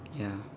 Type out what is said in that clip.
ya